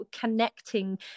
connecting